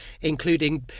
including